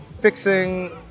fixing